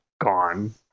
gone